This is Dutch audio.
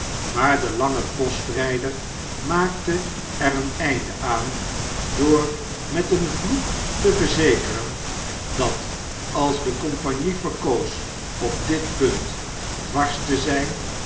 maar de lange postrijder maakte ereen einde aan door met een vloek te verzekeren dat als de compagnie verkoos op dit punt dwars te zyn